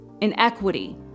inequity